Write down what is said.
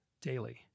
daily